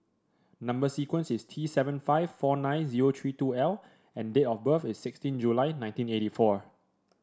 number sequence is T seven five four nine zero three two L and date of birth is sixteen July nineteen eighty four